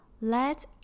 let